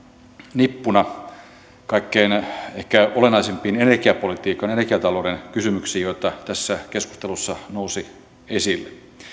nippuna ehkä kaikkein olennaisimpia energiapolitiikan ja energiatalouden kysymyksiä joita tässä keskustelussa nousi esille